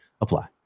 apply